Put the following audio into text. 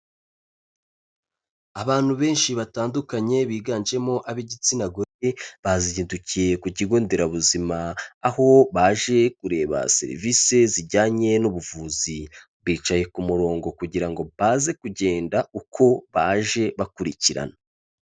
Abantu benshi batandukanye biganjemo ab'igitsina gore, bazindukiye ku Kigo Nderabuzima, aho baje kureba serivisi zijyanye n'ubuvuzi. Bicaye ku murongo kugira ngo baze kugenda uko baje bakurikirana.